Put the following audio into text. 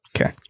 Okay